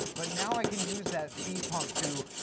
but now i can use that feed pump to,